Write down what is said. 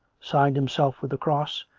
signed himself with the cross,